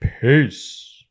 Peace